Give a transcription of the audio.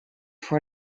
for